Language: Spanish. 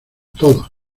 todos